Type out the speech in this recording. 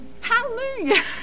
Hallelujah